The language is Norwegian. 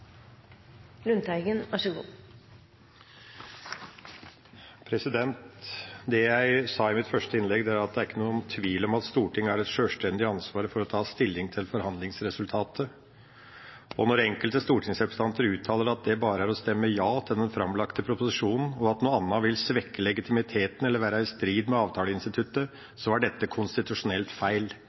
Lundteigen har hatt ordet to ganger tidligere og får ordet til en kort merknad, begrenset til 1 minutt. Det jeg sa i mitt første innlegg, var at det ikke er noen tvil om at Stortinget har et sjølstendig ansvar for å ta stilling til forhandlingsresultatet. Når enkelte stortingsrepresentanter uttaler at det bare er å stemme ja til den framlagte proposisjonen, og at noe annet vil svekke legitimiteten til eller være i strid med avtaleinstituttet, så er dette